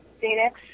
Phoenix